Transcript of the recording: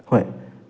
ꯍꯣꯏ